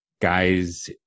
guys